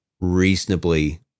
reasonably